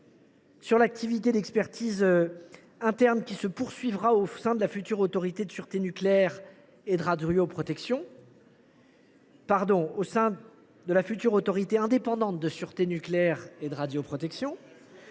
sur l’activité d’expertise interne qui se poursuivra au sein de la future autorité indépendante de sûreté nucléaire et de radioprotection.